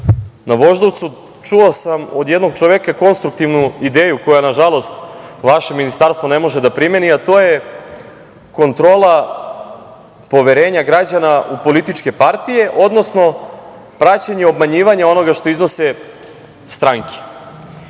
na Voždovcu, čuo sam od jednog čoveka konstruktivnu ideju koju, nažalost, vaše ministarstvo ne može da primeni, a to je kontrola poverenja građana u političke partije, odnosno praćenje i obmanjivanje onoga što iznose stanke. Mislio